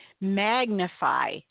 magnify